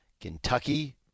Kentucky